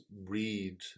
read